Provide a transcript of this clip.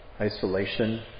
Isolation